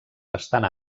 bastant